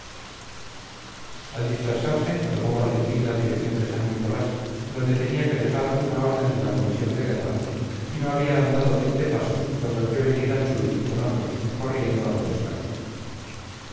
al dispersarse tomó valentín la dirección de san nicolás donde tenía que dejar una orden de la comisión de guerra y no había andado veinte pasos cuando vio venir a churi con otros corriendo a todo escape